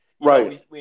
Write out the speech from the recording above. Right